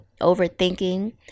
overthinking